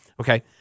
okay